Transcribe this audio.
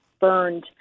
burned